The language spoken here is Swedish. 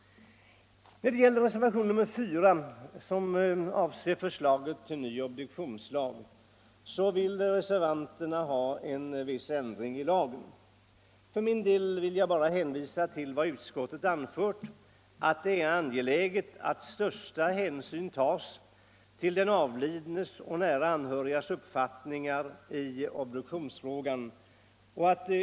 Reservationen 4 gäller förslaget till ny obduktionslag. Reservanterna vill ha en viss ändring i lagen. För min del hänvisar jag till vad utskottet anfört, nämligen att det är angeläget att största hänsyn tas till den avlidnes och nära anhörigas uppfattning i obduktionsfrågan.